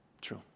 True